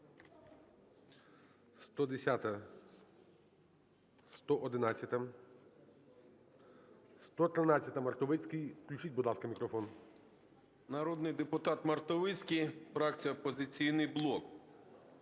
Народний депутат Мартовицький, фракція "Опозиційний блок".